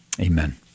Amen